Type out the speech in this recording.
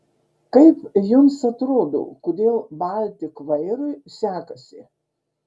kaip jums atrodo kodėl baltik vairui sekasi